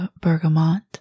bergamot